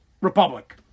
Republic